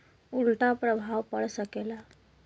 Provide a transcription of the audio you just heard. उल्टा प्रभाव पड़ सकेला